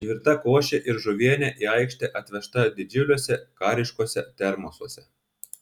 išvirta košė ir žuvienė į aikštę atvežta didžiuliuose kariškuose termosuose